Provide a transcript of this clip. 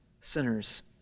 sinners